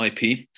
IP